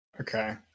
Okay